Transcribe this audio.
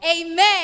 Amen